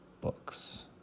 Books